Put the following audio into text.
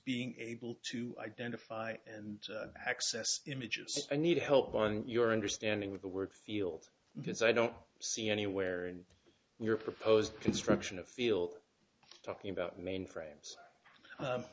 being able to identify and access images i need help on your understanding with the word field because i don't see anywhere in your proposed construction of feel talking about mainframe